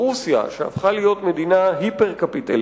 ברוסיה, שהפכה להיות מדינה היפר-קפיטליסטית,